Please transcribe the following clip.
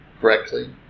correctly